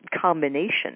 combination